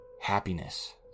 happiness